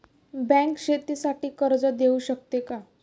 Bank शेतीसाठी कर्ज देऊ शकते का?